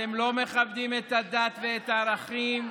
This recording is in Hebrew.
אתם לא מכבדים את הדת ואת הערכים,